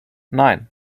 nein